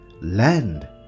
land